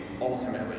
ultimately